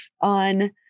on